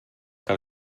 que